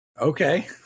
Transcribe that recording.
Okay